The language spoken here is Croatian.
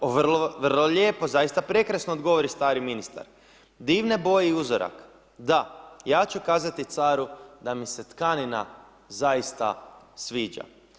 O vrlo, vrlo lijepo, zaista prekrasno, odgovori stari ministar, divne boje i uzorak, da, ja ću kazati caru da mi se tkanina zaista sviđa.